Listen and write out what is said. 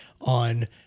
on